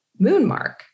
Moonmark